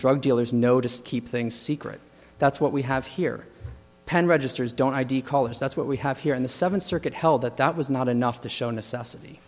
drug dealers know just keep things secret that's what we have here registers don't id call us that's what we have here in the seventh circuit held that that was not enough to show necessity